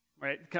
Right